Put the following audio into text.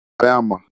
Alabama